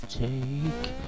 take